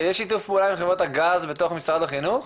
יש שיתוף פעולה עם חברות הגז בתוך משרד החינוך?